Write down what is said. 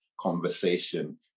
conversation